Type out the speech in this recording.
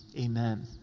Amen